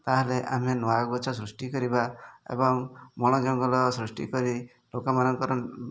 ତାହେଲେ ଆମେ ନୂଆ ଗଛ ସୃଷ୍ଟି କରିବା ଏବଂ ବଣ ଜଙ୍ଗଲ ସୃଷ୍ଟି କରି ଲୋକମାନଙ୍କର